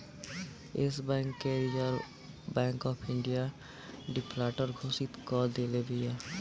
एश bank के reserve bank of India defaulter घोषित कअ देले बिया